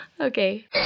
Okay